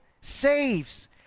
saves